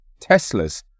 Teslas